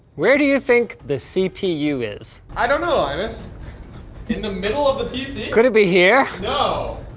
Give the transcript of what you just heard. where do you think the cpu is? i don't know, linus, in the middle of the pc? could it be here? no.